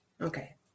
Okay